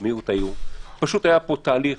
פשוט היה פה תהליך